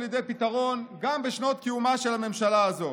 לידי פתרון גם בשנות קיומה של הממשלה הזאת.